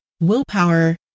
willpower